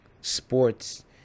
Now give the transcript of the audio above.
sports